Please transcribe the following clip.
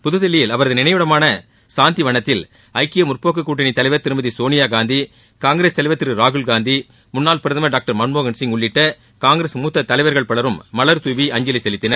புதுதில்லியில் அவரது நினைவிடமான சாந்தி வனத்தில் ஐக்கிய முற்போக்கு கூட்டணி தலைவர் திருமதி சோனியா காந்தி காங்கிரஸ் தலைவர் திரு ராகுல்காந்தி முன்னாள் பிரதமர் டாக்டர் மன்மோகன் சிங் உள்ளிட்ட காங்கிரஸ் மூத்த தலைவா்கள் பலரும் மலாதூவி அஞ்சலி செலுத்தின்